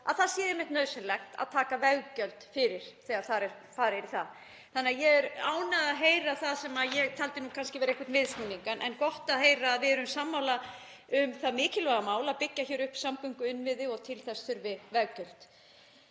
að það sé einmitt nauðsynlegt að taka veggjöld fyrir þegar farið er í það. Þannig að ég er ánægð að heyra það sem ég taldi nú kannski vera einhvern viðsnúning, en gott að heyra að við erum sammála um það mikilvæga mál að byggja hér upp samgönguinnviði og að til þess þurfi veggjöld.